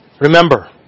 Remember